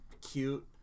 cute